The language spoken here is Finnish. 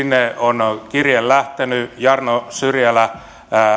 sinne on on kirje lähtenyt jarno syrjälä